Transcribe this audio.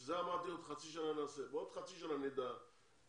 בשביל זה אמרתי בעוד חצי שנה, בעוד חצי שנה נדע מי